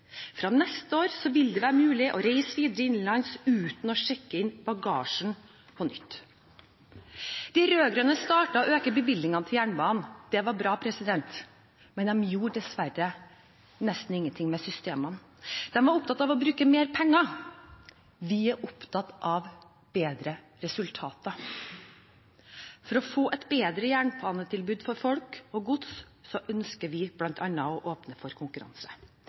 Fra neste år vil det være mulig å reise videre innenlands uten å sjekke inn bagasjen på nytt. De rød-grønne startet å øke bevilgningene til jernbanen. Det var bra, men de gjorde dessverre nesten ingenting med systemene. De var opptatt av å bruke mer penger, vi er opptatt av bedre resultater. For å få et bedre jernbanetilbud for folk og gods ønsker vi bl.a. å åpne for konkurranse.